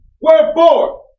Wherefore